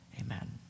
Amen